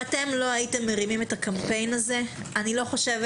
אם אתם לא הייתם מרימים את הקמפיין הזה אני לא חושבת